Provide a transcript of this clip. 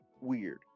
weird